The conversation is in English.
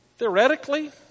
Theoretically